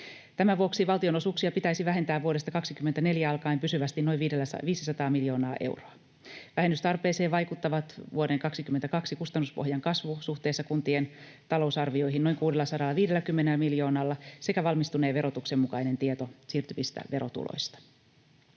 Tämän vuoksi valtionosuuksia pitäisi vähentää vuodesta 2024 alkaen pysyvästi noin 500 miljoonaa euroa. Vähennystarpeeseen vaikuttavat vuoden 2022 kustannuspohjan kasvu suhteessa kuntien talousarvioihin noin 650 miljoonalla sekä valmistuneen verotuksen mukainen tieto siirtyvistä verotuloista.